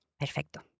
Perfecto